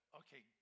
okay